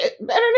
better